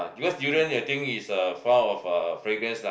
because durian I think is uh far of uh fragrance lah